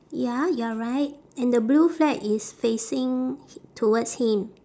ya you are right and the blue flag is facing towards him